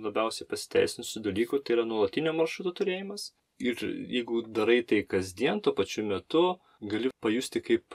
labiausia pasiteisinusių dalykų tai yra nuolatinio maršruto turėjimas ir jeigu darai tai kasdien tuo pačiu metu gali pajusti kaip